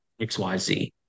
XYZ